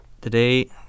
Today